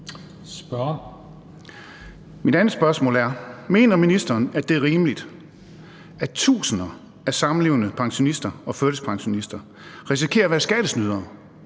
Mener ministeren, at det er rimeligt, at tusinder af samlevende pensionister og førtidspensionister risikerer at være skattesnydere,